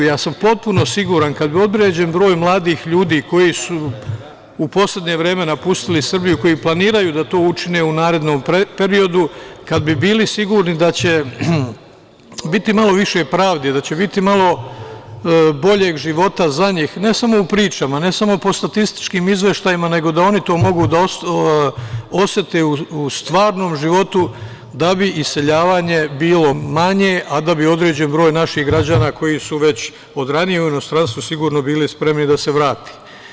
Ja sam potpuno siguran, kad određen broj mladih ljudi koji su u poslednje vreme napustili Srbiju, koji planiraju da to učine u narednom periodu, kada bi bili sigurni da će biti malo više pravde, da će biti malo boljeg života za njih, ne samo u pričama, ne samo po statističkim izveštajima, nego da oni to mogu da osete u stvarnom životu, da bi iseljavanje bilo manje, a da bi određen broj naših građana koji su već od ranije u inostranstvu sigurno bili spremni da se vrati.